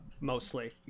mostly